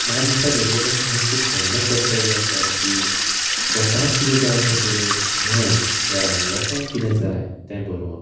म्हाका दिसता लेखकाचें हें खूब व्हडलें कर्तव्य आसा की स्वताक कितें जाय तें बरोवप न्हय जाल्यार लोकांक कितें जाय तें बरोवप